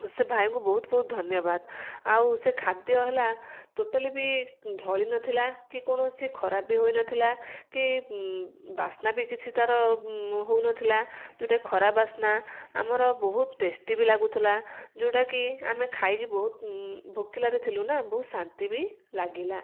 ସେ ଭାଇଙ୍କୁ ବହୁତ ବହୁତ ଧନ୍ୟବାଦ ଆଉ ସେ ଖାଦ୍ୟ ହେଲା ଟୋଟାଲି ବି ଢ଼ଳି ନଥିଲା କି କୌଣସି ଖରାପ ବି ହୋଇନଥିଲା କି ବାସ୍ନା ବି କିଛି ତାର ହଉନଥିଲା ଯେଉଁଟାକି ଖରାପ ବାସ୍ନା ଆମର ବହୁତ ଟେଷ୍ଟି ବି ଲାଗୁଥିଲା ଯେଉଁଟାକି ଆମେ ଖାଇକି ବହୁତ ଭୋକିଲାରେ ଥିଲୁ ନା ବହୁତ ଶାନ୍ତି ବି ଲାଗିଲା